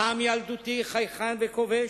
פעם ילדותי, חייכן וכובש,